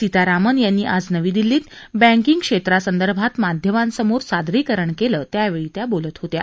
सीतारामन यांनी आज नवी दिल्लीत बँकिंग क्षेत्रासंदर्भात माध्यमांसमोर सादरीकरण केलं त्यावेळी त्या बोलत होत्या